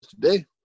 today